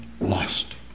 lost